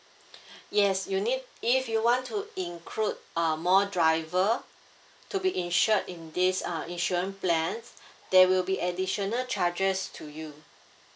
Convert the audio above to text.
yes you need if you want to include uh more driver to be insured in this uh insurance plans there will be additional charges to you